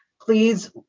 Please